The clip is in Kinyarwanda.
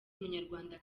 umunyarwanda